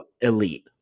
elite